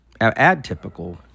atypical